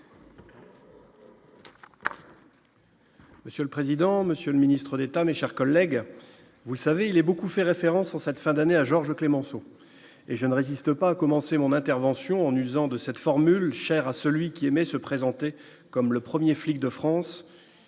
Monsieur le président, Monsieur le Ministre d'État, mes chers collègues, vous savez, il a beaucoup fait référence en cette fin d'année à Georges Clémenceau et je ne résiste pas commencer mon intervention en usant de cette formule chère à celui qui aimait se présenter comme le 1er flic de France,